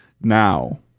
now